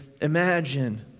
imagine